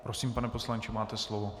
Prosím, pane poslanče, máte slovo.